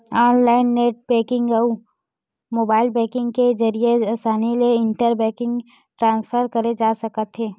online net banking अउ mobile banking के जरिए असानी ले इंटर बेंकिंग ट्रांसफर करे जा सकत हे